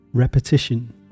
Repetition